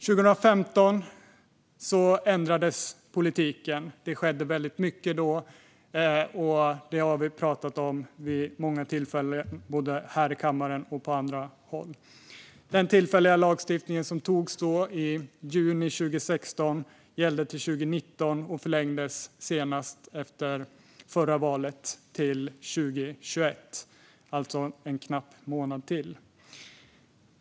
År 2015 ändrades politiken. Det skedde väldigt mycket då. Det har vi talat om vid många tillfällen både här i kammaren och på andra håll. Den tillfälliga lagstiftning som antogs i juni 2016 gällde till 2019 och förlängdes senast efter förra valet till 2021, alltså en knapp månad till.